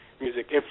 music